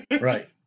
right